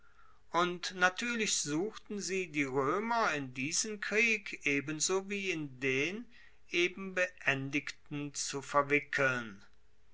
und natuerlich suchten sie die roemer in diesen krieg ebenso wie in den eben beendigten zu verwickeln